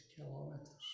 kilometers